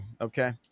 okay